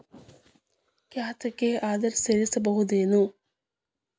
ಖಾತೆಗೆ ಆಧಾರ್ ಸೇರಿಸಬಹುದೇನೂ?